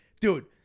Dude